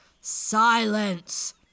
Silence